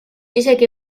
isegi